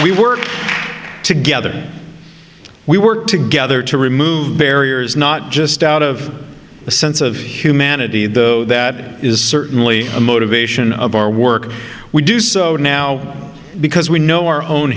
we work together we work together to remove barriers not just out of a sense of humanity though that is certainly a motivation of our work we do so now because we know our own